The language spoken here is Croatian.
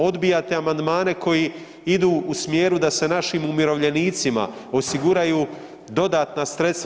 Odbijate amandmane koji idu u smjeru da se našim umirovljenicima osiguraju dodatna sredstva.